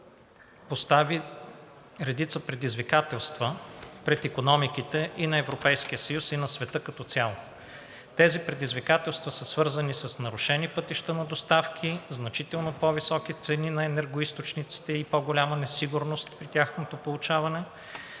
постави редица предизвикателства пред икономиките и на Европейския съюз, и на света като цяло. Тези предизвикателства са свързани с нарушени пътища на доставки, значително по-високи цени на енергоизточниците и по-голяма несигурност при тяхното получаване,